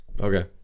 Okay